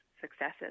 successes